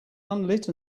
unlit